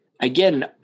again